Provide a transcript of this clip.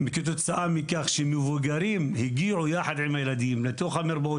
כתוצאה מכך שמבוגרים הגיעו יחד עם הילדים לתוך המרפאות